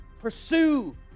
pursue